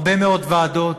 הרבה מאוד ועדות,